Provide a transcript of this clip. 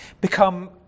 become